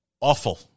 awful